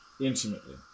Intimately